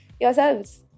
yourselves